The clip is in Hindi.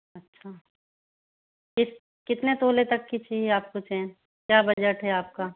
अच्छा कितने तोले तक की चहिए आपको चैन क्या बजट है आपका